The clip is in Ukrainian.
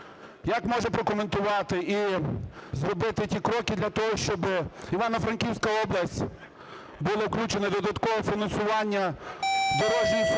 Як може прокоментувати і зробити ті кроки для того, щоб в Івано-Франківську область було включено додаткове фінансування, дорожні